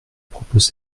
propose